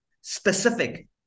specific